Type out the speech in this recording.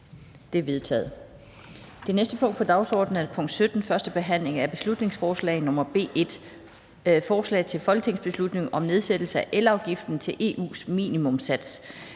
Det er vedtaget.